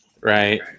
right